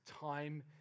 Time